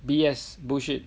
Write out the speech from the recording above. B_S bullshit